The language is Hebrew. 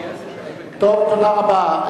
טוב, תודה רבה.